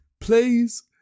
please